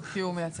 הוא יושב ברשות